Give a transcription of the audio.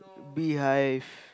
bee hive